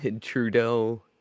Trudeau